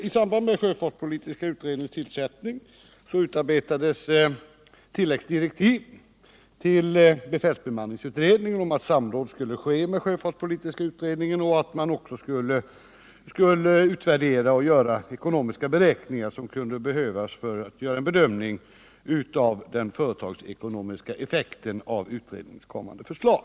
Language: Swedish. I samband med sjöfartspolitiska utredningens tillsättande utarbetades tilläggsdirektiv till befälsbemanningsutredningen om att samråd skulle ske med sjöfartspolitiska utredningen och att man också skulle göra ekonomiska beräkningar som skulle behövas för en bedömning av den företagseko nomiska effekten av utredningens förslag.